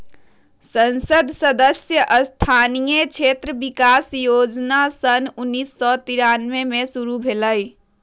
संसद सदस्य स्थानीय क्षेत्र विकास जोजना सन उन्नीस सौ तिरानमें में शुरु भेलई